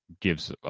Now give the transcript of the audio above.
gives